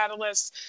catalysts